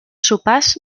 sopars